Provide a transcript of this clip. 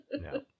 no